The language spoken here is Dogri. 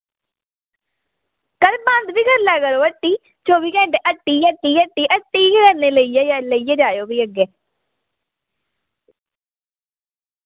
कदे बंद वी करी लै करो हट्टी चौवी घैंटे हट्टी हट्टी हट्टी हट्टी गै कन्नै लेइयै लेइयै जायो फ्ही आग्गे